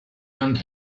and